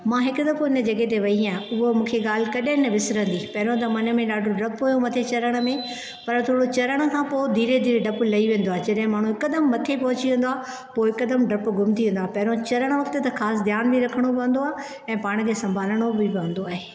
मां हिकु दफ़ो हिन जॻहि ते वई आहियां उहा मूंखे ॻाल्हि कॾहिं न विसरन्दी पहिरियों मन में ॾाढो ॾपु हुओ मथे चढ़णु में पर थोरो चढ़ण खां पोइ धीरे धीरे ॾपु लई वेन्दो जॾहिं माण्हू हिकदमि मथे पहुची वेन्दो आहे पोइ हिकदमि ॾपु गुम थी वेन्दो आहे पहिरियों चढ़णु वक्त जाम ख़ासि ध्यानु बि ॾियणो पवंदो आहे ऐं पाणु खे संभालिणो बि पवंदो आहे